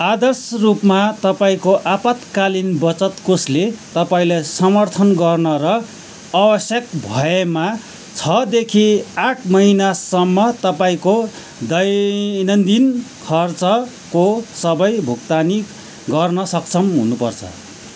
आदर्श रूपमा तपाईँँको आपतकालीन बचत कोषले तपाईँँलाई समर्थन गर्न र आवश्यक भएमा छ देखि आठ महिनासम्म तपाईँँको दैनन्दिन खर्चको सबै भुक्तानी गर्न सक्षम हुनुपर्छ